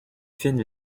fine